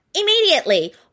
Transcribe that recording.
immediately